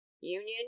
Union